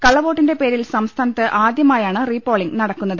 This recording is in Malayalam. കള്ളവോട്ടിന്റെ പേരിൽ സംസ്ഥാനത്ത് ആദ്യ മായാണ് റീ പോളിംഗ് നടക്കുന്നത്